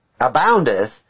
aboundeth